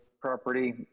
property